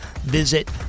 visit